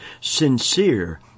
sincere